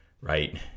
right